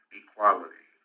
equality